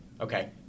Okay